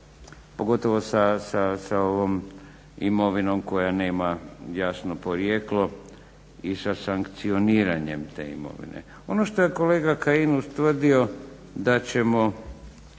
pogotovo sa ovom imovinom koja nema jasno porijeklo i sa sankcioniranjem te imovine. Ono što je kolega Kajin ustvrdio da ćemo,